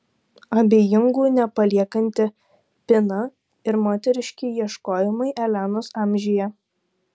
abejingų nepaliekanti pina ir moteriški ieškojimai elenos amžiuje